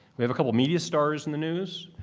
we have a couple media stars in the news.